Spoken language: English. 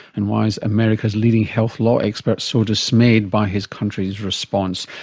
and why is america's leading health law expert so dismayed by his country's response?